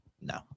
No